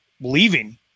leaving